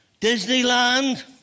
Disneyland